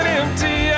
empty